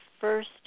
first